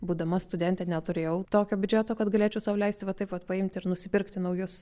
būdama studentė neturėjau tokio biudžeto kad galėčiau sau leisti va taip vat paimti ir nusipirkti naujus